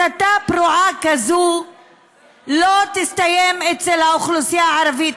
הסתה פרועה כזאת לא תסתיים אצל האוכלוסייה הערבית.